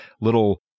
little